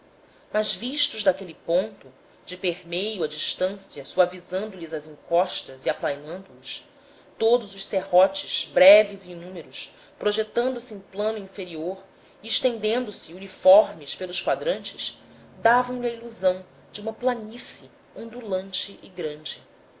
mas vistos daquele ponto de permeio a distância suavizando lhes as encostas e aplainando os todos os serrotes breves e inúmeros